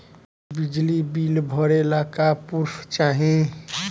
बिजली बिल भरे ला का पुर्फ चाही?